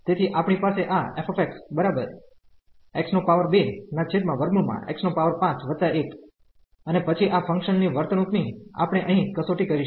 તેથી આપણી પાસે આ અને પછી આ ફંકશન ની વર્તણુક ની આપણે અહીં કસોટી કરીશું